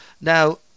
Now